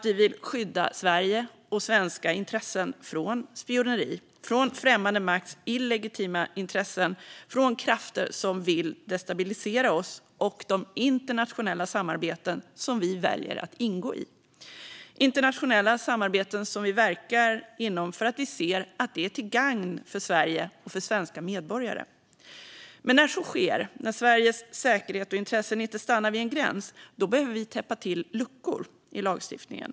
Vi vill skydda Sverige och svenska intressen från spioneri, från främmande makts illegitima intressen och från krafter som vill destabilisera oss och de internationella samarbeten som vi väljer att ingå i - internationella samarbeten som vi verkar inom för att vi ser att de är till gagn för Sverige och för svenska medborgare. Men när så sker, när Sveriges säkerhet och intressen inte stannar vid en gräns, behöver vi täppa till luckor i lagstiftningen.